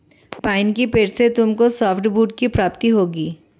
pine के पेड़ से तुमको सॉफ्टवुड की प्राप्ति होगी